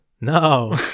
no